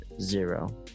zero